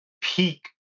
peak